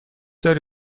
داری